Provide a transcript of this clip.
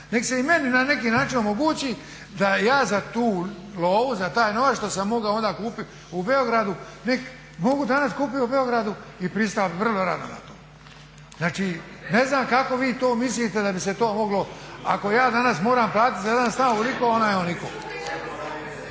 Nek se i meni na neki način omogući da ja za tu lovu, za taj novac što sam moga onda kupit u Beogradu, nek mogu danas kupit u Beogradu i pristao bih vrlo rado na to. Znači ne znam kako vi to mislite da bi se to moglo, ako ja danas moram platit za jedan stan ovoliko, za onaj onoliko.